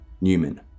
Newman